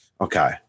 okay